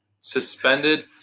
suspended